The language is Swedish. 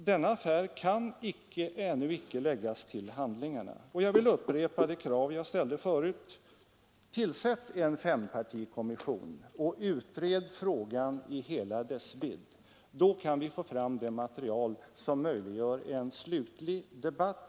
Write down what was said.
Denna affär kan ännu icke läggas till handlingarna. Jag vill upprepa det krav jag tidigare ställde: Tillsätt en fempartikommission och utred frågan i hela dess vidd. Då kan vi få fram det material som behövs för en slutlig debatt.